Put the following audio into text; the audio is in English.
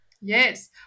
yes